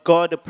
God